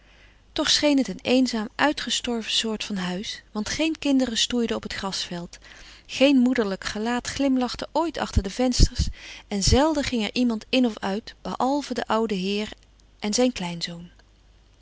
toch scheen het een eenzaam uitgestorven soort van huis want geen kinderen stoeiden op het grasveld geen moederlijk gelaat glimlachte ooit achter de vensters en zelden ging er iemand in of uit behalve de oude heer en zijn kleinzoon